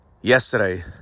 Yesterday